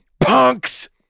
punks